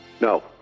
No